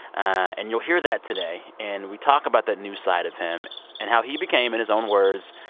and you'll hear that today, and we talk about that new side of him and how he became, in his own words,